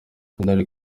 gen